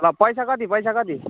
ल पैसा कति पैसा कति